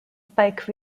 spike